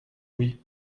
oui